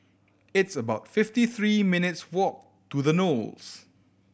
it's about fifty three minutes' walk to The Knolls